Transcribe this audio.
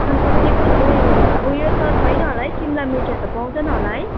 अन्त के पो थियो एउटा उयो त छैन होला है शिमलामिर्चहरू त पाउँदैन होला है